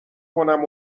کنم